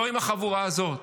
לא עם החבורה הזאת,